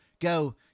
go